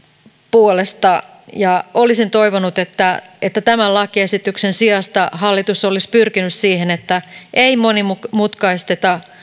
puolesta olisin toivonut että että tämän lakiesityksen sijasta hallitus olisi pyrkinyt siihen että ei monimutkaisteta